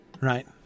right